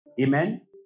Amen